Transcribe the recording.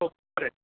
हो खरं आहे